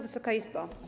Wysoka Izbo!